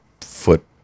foot